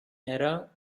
era